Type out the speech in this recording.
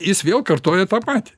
jis vėl kartoja tą patį